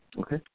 Okay